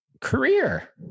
career